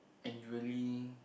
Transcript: and you really